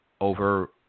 over